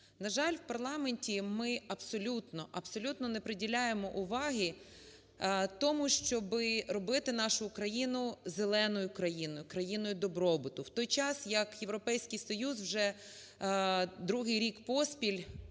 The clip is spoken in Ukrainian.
На жаль, в парламенті ми абсолютно, абсолютно не приділяємо уваги тому, щоб робити нашу країну зеленою країною, країною добробуту. В той час, як європейський Союз вже другий рік поспіль